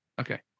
okay